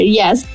yes